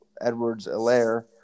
Edwards-Alaire